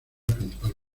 principal